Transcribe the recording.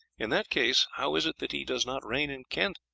in that case how is it that he does not reign in kent,